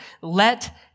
let